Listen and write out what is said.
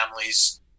families